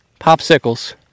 popsicles